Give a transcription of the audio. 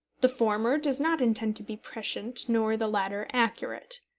the former does not intend to be prescient, nor the latter accurate.